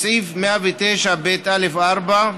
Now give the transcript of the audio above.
בסעיף 109ב(א)(4)